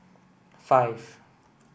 five